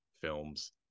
films